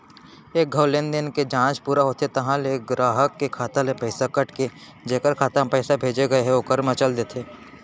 एक घौं लेनदेन के जांच पूरा होथे तहॉं ले गराहक के खाता ले पइसा कट के जेकर खाता म पइसा भेजे गए हे ओकर म चल देथे